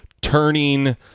turning